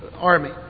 army